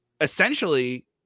Essentially